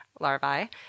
larvae